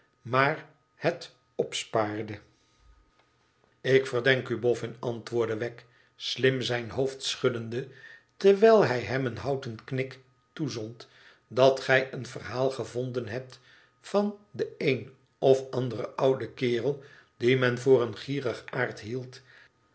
maar het opspaarde tik verdenk u bofün antwoordde wegg slim zijn hoofd schuddende terwijl hij hem een houten knik toezond tdat gij een verhaal gevonden hebt van den een of anderen ouden kerel dien men voor een gierigaard hield